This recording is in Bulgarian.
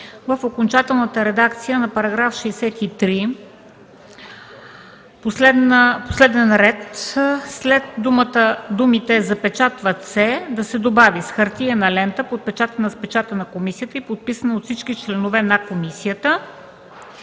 в окончателната редакция на § 63, последен ред, след думите „запечатват се” да се добави „с хартиена лента, подпечатана с печата на комисията и подписана от всички членове на комисията”